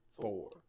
four